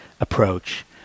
approach